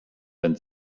wenn